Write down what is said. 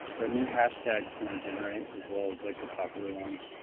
what new hashtags can i generate, as well as like the popular ones,